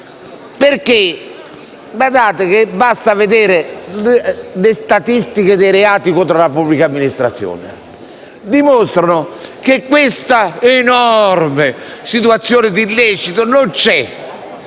proprio ufficio; basta vedere le statistiche dei reati contro la pubblica amministrazione, che dimostrano che questa enorme situazione di illecito non c'è.